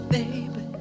Baby